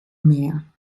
mehr